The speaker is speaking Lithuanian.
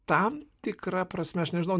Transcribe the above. tam tikra prasme aš nežinau